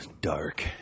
Dark